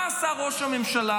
מה עשה ראש הממשלה?